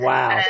Wow